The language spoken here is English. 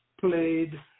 played